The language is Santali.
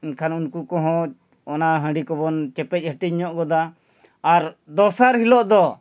ᱮᱱᱠᱷᱟᱱ ᱩᱱᱠᱩ ᱠᱚᱦᱚᱸ ᱚᱱᱟ ᱦᱟᱺᱰᱤ ᱠᱚᱵᱚᱱ ᱪᱮᱯᱮᱡ ᱦᱟᱹᱴᱤᱧ ᱧᱚᱜ ᱜᱚᱫᱟ ᱟᱨ ᱫᱚᱥᱟᱨ ᱦᱤᱞᱳᱜ ᱫᱚ